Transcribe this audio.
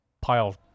pile